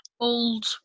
old